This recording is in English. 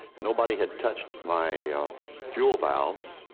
nobody had touched my fuel valves.